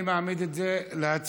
אני מעמיד את זה להצבעה,